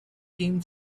team